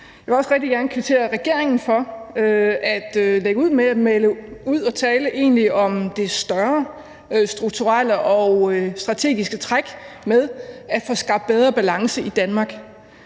Jeg vil også rigtig gerne kvittere regeringen for at lægge ud med at tale om det større strukturelle og strategiske træk for at få skabt bedre balance i Danmark.